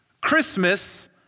Christmas